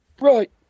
Right